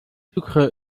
sucre